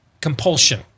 Compulsion